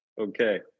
Okay